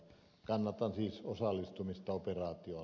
kannatan siis osallistumista operaatioon